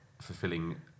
fulfilling